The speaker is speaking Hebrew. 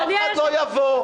אף אחד לא יבוא.